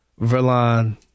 Verlon